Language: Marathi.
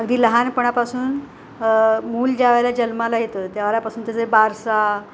अगदी लहानपणापासून मूल ज्यावेळेला जन्माला येतं त्यावेळेलापासून त्याचे बारसा